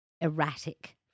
erratic